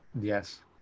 Yes